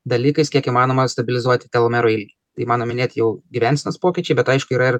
dalykais kiek įmanoma stabilizuoti telomero ilgį tai mano minėti jau gyvensenos pokyčiai bet aišku yra ir